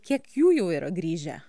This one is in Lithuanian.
kiek jų jau yra grįžę